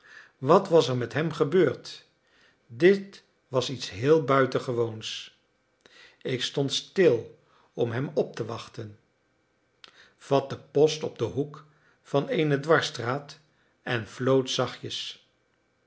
wat was er met hem gebeurd dit was iets geheel buitengewoons ik stond stil om hem op te wachten vatte post op den hoek van eene dwarsstraat en floot zachtjes